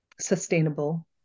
sustainable